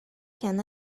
can